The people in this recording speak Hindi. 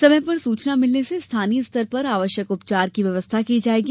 समय पर सूचना मिलने से स्थानीय स्तर पर आवश्यक उपचार की व्यवस्था की जा सकेगी